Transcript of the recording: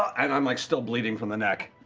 and i'm like still bleeding from the neck.